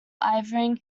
irving